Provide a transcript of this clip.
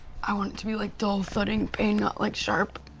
i want it to be like dull thudding pain, not like sharp.